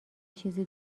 چیزی